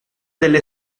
delle